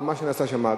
או מה שנעשה שם.